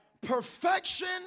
perfection